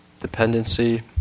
dependency